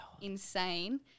insane